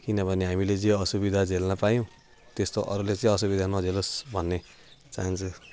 किनभने हामीले जे असुविधा झेल्न पायौँ त्यस्तो अरूले चाहिँ असुविधा नझेलोस् भन्ने चाहन्छु